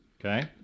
Okay